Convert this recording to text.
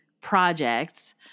projects